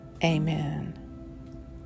Amen